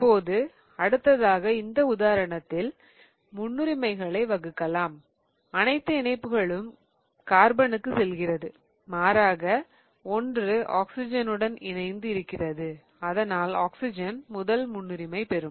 இப்பொழுது அடுத்ததாக இந்த உதாரணத்தில் முன்னுரிமைகளை வகுக்கலாம் அனைத்து இணைப்புகளும் கார்பனுக்கு செல்கிறது மாறாக ஒன்று ஆக்சிஜனுடன் இணைந்து இருக்கிறது அதனால் ஆக்சிஜன் முதல் முன்னுரிமை பெரும்